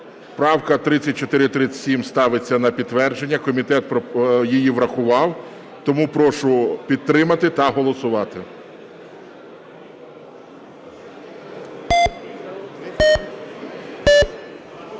правка 3437 ставиться на підтвердження. Комітет її врахував, тому прошу підтримати та голосувати.